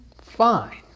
fine